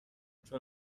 چون